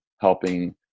helping